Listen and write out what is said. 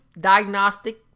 diagnostic